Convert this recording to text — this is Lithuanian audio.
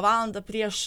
valandą prieš